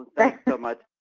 thanks so much.